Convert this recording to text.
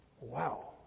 Wow